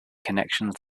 connections